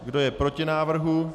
Kdo je proti návrhu?